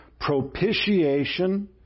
Propitiation